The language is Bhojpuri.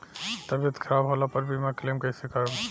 तबियत खराब होला पर बीमा क्लेम कैसे करम?